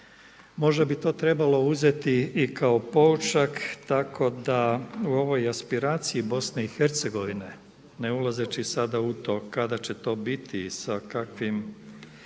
Možda bi to trebalo uzeti i kao poučak tako da u ovoj aspiraciji BIH ne ulazeći sada u to kada će to biti i sa kakvim